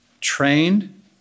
trained